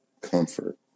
comfort